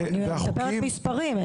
אני מדברת מבחינת מספרים.